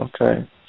Okay